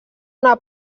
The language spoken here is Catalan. una